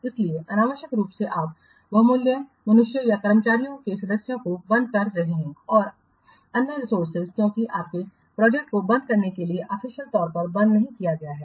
इसलिए अनावश्यक रूप से आप मूल्यवान मनुष्यों या कर्मचारियों के सदस्यों को बंद कर रहे हैं और अन्य संसाधन क्योंकि आपने प्रोजेक्ट को बंद करने के लिए ऑफिशियल तौर पर बंद नहीं किया है